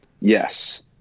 Yes